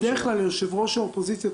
בדרך כלל ליושב-ראש האופוזיציה,